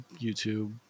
YouTube